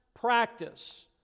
practice